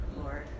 Lord